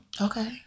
Okay